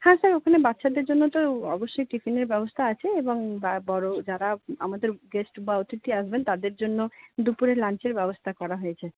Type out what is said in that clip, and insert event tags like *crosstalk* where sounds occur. হ্যাঁ স্যার ওখানে বাচ্চাদের জন্য তো অবশ্যই টিফিনের ব্যবস্থা আছে এবং *unintelligible* বড়ো যারা আমাদের গেস্ট বা অতিথি আসবেন তাদের জন্যও দুপুরে লাঞ্চের ব্যবস্থা করা হয়েছে